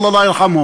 אללה לא ירחמהם?